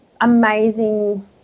amazing